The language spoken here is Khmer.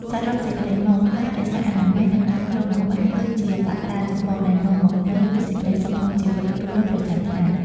សរុបសេចក្តីមក ការរក្សាអនាម័យ និងការគ្របម្ហូបអាហារ គឺជាកត្តាចម្បងដែលនាំមកនូវសេចក្តីសុខក្នុងជីវិតរស់នៅប្រចាំថ្ងៃ។